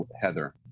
heather